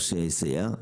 שיסייע.